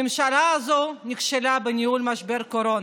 הממשלה הזאת נכשלה בניהול משבר הקורונה,